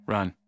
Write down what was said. Run